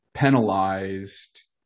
penalized